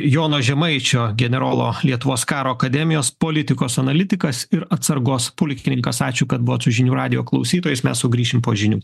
jono žemaičio generolo lietuvos karo akademijos politikos analitikas ir atsargos pulkininkas ačiū kad buvot su žinių radijo klausytojais mes sugrįšim po žinių